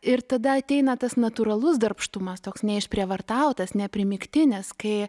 ir tada ateina tas natūralus darbštumas toks neišprievartautas neprimygtinis kai